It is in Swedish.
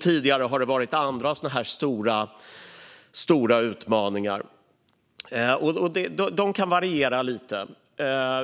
Tidigare har det varit andra stora utmaningar som kan variera lite